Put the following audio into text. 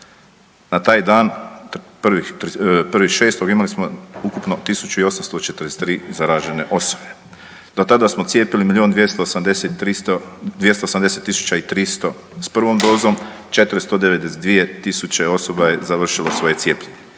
Na taj dan 1.6. imali smo ukupno 1843 zaražene osobe. Do tada smo cijepili milijun 280 tisuća i 300 s prvom dozom, 492 000 osoba je završilo svoje cijepljenje.